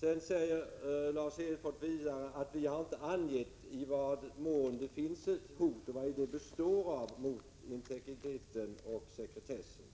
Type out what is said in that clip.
Vidare säger Lars Hedfors att vi inte har angett i vad mån det finns ett hot, och vari det består, mot integriteten och sekretessen.